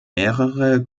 mehrere